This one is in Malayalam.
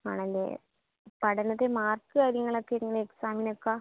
ആണല്ലേ പഠനത്തിൽ മാർക്ക് കാര്യങ്ങളൊക്കെ എങ്ങനെയാണ് എക്സാമിനൊക്കെ